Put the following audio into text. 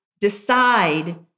decide